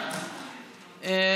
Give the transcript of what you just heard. בעד.